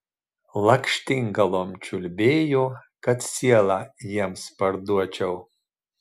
lakštingalom čiulbėjo kad sielą jiems parduočiau